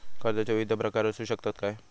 कर्जाचो विविध प्रकार असु शकतत काय?